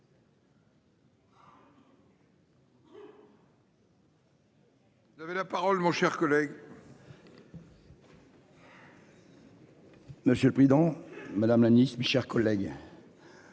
Vous avez la parole, mon cher collègue. Monsieur le président, madame Nice, mes chers collègues.